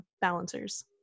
balancers